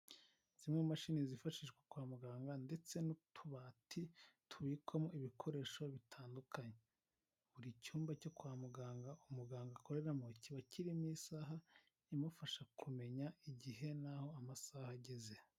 Zimwe mu mashini zifashishwa kwa muganga ndetse n'utubati tubikwamo ibikoresho bitandukanye. Buri cyumba cyo kwa muganga umuganga akoreramo, kiba kirimo isaha imufasha kumenya igihe n'aho amasaha ageze.